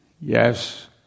Yes